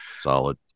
solid